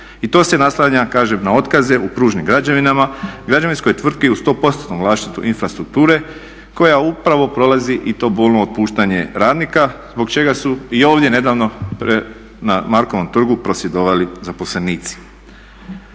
I to se naslanja, kažem na otkaze u pružnim građevinama, građevinskoj tvrtki u sto postotnom vlasništvu infrastrukture koja upravo prolazi i to bolno otpuštanje radnika zbog čega su i ovdje nedavno na Markovom trgu prosvjedovali zaposlenici.